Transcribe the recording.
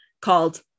called